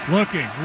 Looking